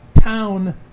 town